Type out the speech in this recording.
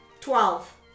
Twelve